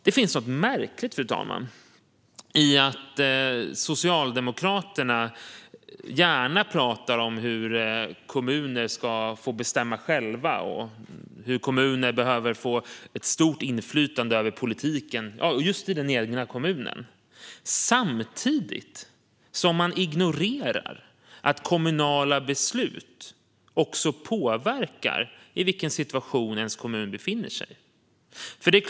Det finns något märkligt, fru talman, i att Socialdemokraterna gärna pratar om att kommuner ska få bestämma själva och om att kommuner behöver få ett stort inflytande över politiken i den egna kommunen samtidigt som de ignorerar att kommunala beslut också påverkar vilken situation kommunen befinner sig i.